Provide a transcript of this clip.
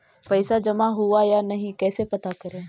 पैसा जमा हुआ या नही कैसे पता करे?